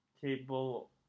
cable